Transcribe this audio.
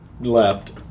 left